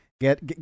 get